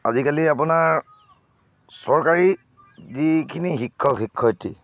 আজিকালি আপোনাৰ চৰকাৰী যিখিনি শিক্ষক শিক্ষয়িত্ৰী